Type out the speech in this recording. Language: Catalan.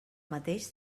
mateix